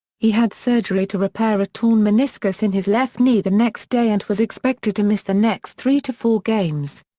he had surgery to repair a torn meniscus in his left knee the next day and was expected to miss the next three to four games.